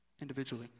individually